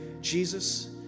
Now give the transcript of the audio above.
Jesus